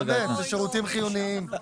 נו, באמת, זה שירותים חיוניים.